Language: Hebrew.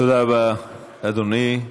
תודה רבה, אדוני.